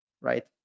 right